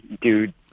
dude